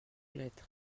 lettre